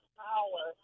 power